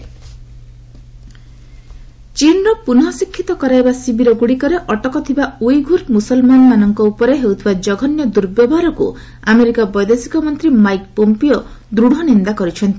US ଚୀନ Uyghur ଚୀନର ପୁନଃଶିକ୍ଷିତ କରାଇବା ଶିବିର ଗୁଡିକରେ ଅଟକଥିବା ଉଇଘୁର ମୁସଲମାନ ମାନଙ୍କ ଉପରେ ହେଉଥିବା ଜଘନ୍ୟ ଦୁର୍ବ୍ୟବହାରକୁ ଆମେରିକା ବୈଦେଶିକ ମନ୍ତ୍ରୀ ମାଇକ୍ ପୋମ୍ପିସ ଦୂଢ ନିନ୍ଦା କରିଛନ୍ତି